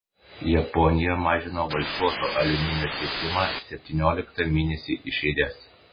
japonija mažino valcuoto aliuminio tiekimą septynioliktą mėnesį iš eilės